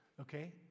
okay